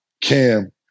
Cam